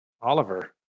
Oliver